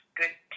good